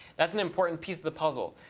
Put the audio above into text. that's an important piece of the puzzle.